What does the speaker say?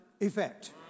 effect